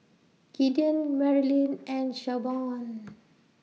Gideon Merilyn and Shavonne